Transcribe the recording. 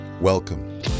Welcome